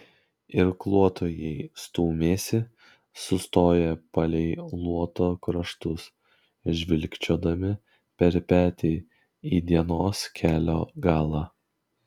irkluotojai stūmėsi sustoję palei luoto kraštus žvilgčiodami per petį į dienos kelio galą